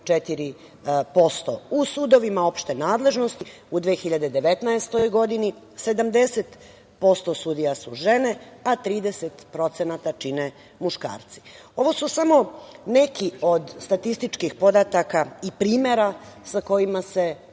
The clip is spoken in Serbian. U sudovima opšte nadležnosti u 2019. godini 70% sudija su žene, a 30% čine muškarci. Ovo su samo neki od statističkih podataka i primera sa kojima se